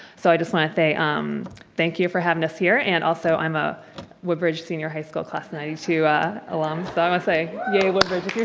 so i just wanna say um thank you for having us here and also i'm a woodbridge senior high school class ninety two alum so i'ma say yay woodbridge if you're